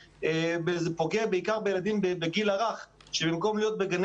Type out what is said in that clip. זה פוגע בעיקר בילדים בגיל הרך שבמקום להיות בגני